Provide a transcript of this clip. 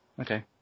Okay